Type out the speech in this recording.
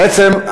בעצם,